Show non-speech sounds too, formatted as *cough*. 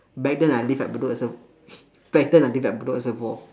back then I live at bedok reser~ *laughs* back then I live at bedok reservoir